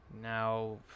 Now